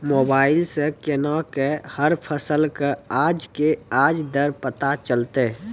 Mobile सऽ केना कऽ हर फसल कऽ आज के आज दर पता चलतै?